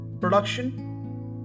production